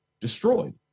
destroyed